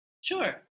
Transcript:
Sure